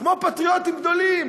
כמו פטריוטים גדולים?